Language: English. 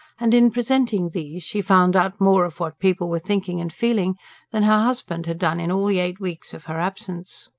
and in presenting these, she found out more of what people were thinking and feeling than her husband had done in all the eight weeks of her absence.